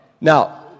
Now